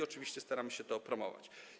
Oczywiście staramy się to promować.